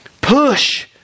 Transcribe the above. push